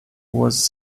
was